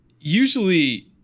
Usually